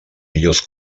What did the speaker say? millors